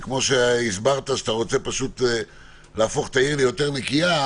וכמו שהסברת שאתה רוצה להפוך את העיר ליותר נקייה,